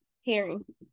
Hearing